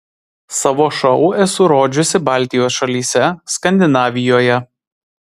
savo šou esu rodžiusi baltijos šalyse skandinavijoje